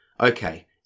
okay